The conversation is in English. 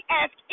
ask